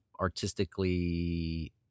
artistically